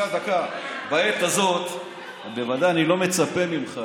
בעת הזאת בוודאי שאני לא מצפה ממך